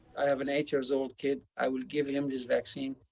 i have an eight years old kid. i will give him this vaccine.